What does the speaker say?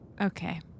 Okay